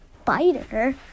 spider